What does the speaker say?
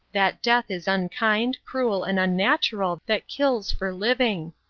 that death is unkind, cruel, and unnatural, that kills for living.